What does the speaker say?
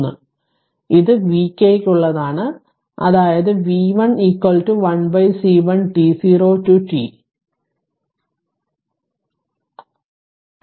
അതിനാൽ ഇത് vk യ്ക്കുള്ളതാണ് അതായത് v1 1 C1 t0 to t i it whatslide timecall dt v1 t0